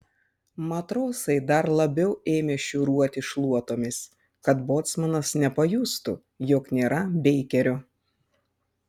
matrosai dar labiau ėmė šiūruoti šluotomis kad bocmanas nepajustų jog nėra beikerio